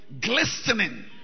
Glistening